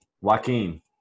Joaquin